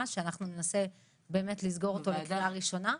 שאנחנו ננסה באמת לסגור אותו לקריאה ראשונה.